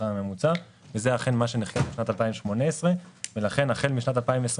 הממוצע וזה אכן מה שנחקק בשנת 2018 ולכן החל משנת 2022